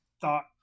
thought